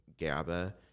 GABA